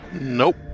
Nope